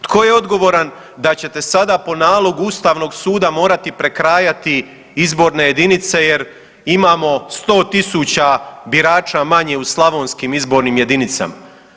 Tko je odgovaran da ćete sada po nalogu Ustavnog suda morati prekrajati izborne jedinice jer imamo 100.000 birača manje u slavonskim izbornim jedinicama?